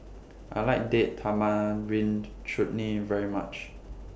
I like Date Tamarind Chutney very much